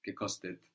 gekostet